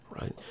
Right